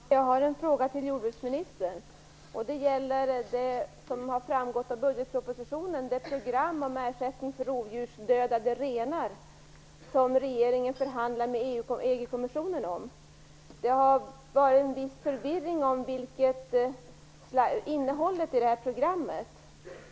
Fru talman! Jag har en fråga till jordbruksministern. Den gäller det program om ersättning för rovdjursdödade renar som framgick ur budgetpropositionen och som regeringen förhandlar med EU kommissionen om. Det har rått en viss förvirring om innehållet i detta program.